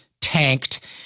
tanked